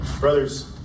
Brothers